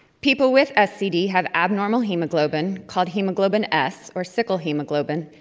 people with scd have abnormal hemoglobin, called hemoglobin s, or sickle hemoglobin,